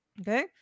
okay